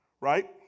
Right